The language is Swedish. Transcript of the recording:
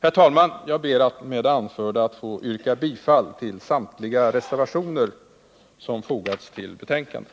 Herr talman! Jag ber med det anförda att få yrka bifall till samtliga reservationer som fogats vid betänkandet.